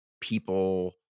people